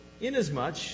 inasmuch